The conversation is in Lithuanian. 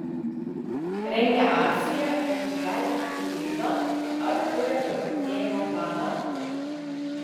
rengia akciją kad išgelbėtų luizą ar kuria praturtėjimo planą